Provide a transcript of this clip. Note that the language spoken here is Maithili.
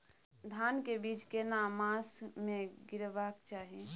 धान के बीज केना मास में गीराबक चाही?